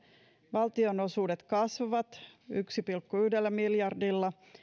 valtionosuudet kasvavat yhdellä pilkku yhdellä miljardilla